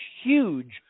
huge